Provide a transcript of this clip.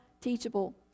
teachable